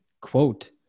quote